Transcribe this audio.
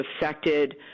affected